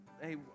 hey